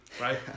right